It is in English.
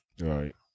Right